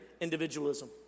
Individualism